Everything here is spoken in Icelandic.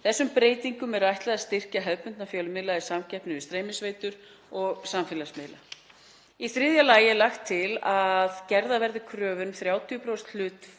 Þessum breytingum er ætlað að styrkja hefðbundna fjölmiðla í samkeppni við streymisveitur og samfélagsmiðla. Í þriðja lagi er lagt til að gerðar verði kröfur um 30% hlutfall